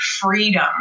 freedom